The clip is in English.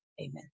Amen